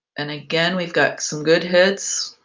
and, again, we've got some good hits.